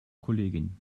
kollegin